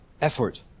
effort